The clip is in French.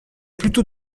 plutôt